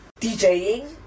DJing